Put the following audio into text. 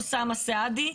אוסאמה סעדי,